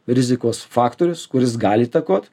rizikos faktorius kuris gali įtakot